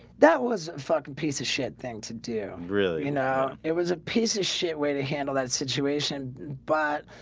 that was a fucking piece of shit thing to do really you know it was a piece of shit way to handle that situation but